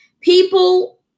People